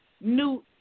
New